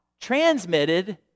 transmitted